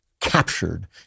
captured